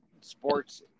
Sports